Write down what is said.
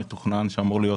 מה שאמור להיות